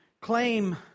claim